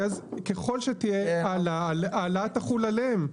כי אז ככל שתהיה העלאה, ההעלאה תחול עליהם.